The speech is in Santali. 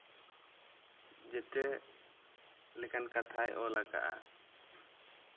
ᱡᱚᱛᱚ ᱞᱮᱠᱟᱱ ᱠᱟᱛᱷᱟᱭ ᱚᱞ ᱟᱠᱟᱫᱼᱟ